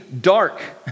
dark